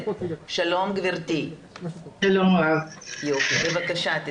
שלום, גברתי, בבקשה.